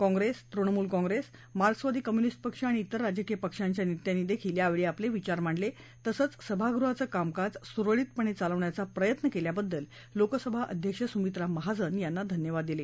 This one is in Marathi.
कप्रिस तृणमूल काँग्रेस मार्क्सवादी कम्युनिस् पक्ष आणि इतर राजकीय पक्षांचया नेत्यांनीही यावेळी आपले विचार मांडले तसंच सभागृहाचं कामकाज सुरळीतपणे चालवण्याचा प्रयत्न केल्याबद्दल लोकसभा अध्यक्ष सुमित्रा महाजन यांना धन्यवाद दिले